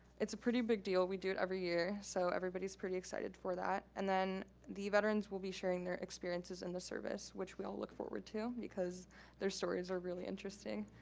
it's a pretty big deal, we do it every year, so everybody's pretty excited for that. and then the veterans will be sharing their experiences in the service, which we all look forward to because their stories are really interesting.